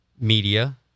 media